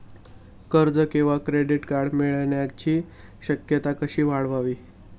कर्ज किंवा credit card मिळण्याची शक्यता कशी वाढवावी?